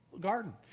garden